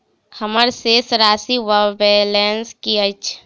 हम्मर शेष राशि वा बैलेंस की अछि?